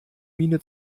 miene